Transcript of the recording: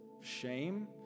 shame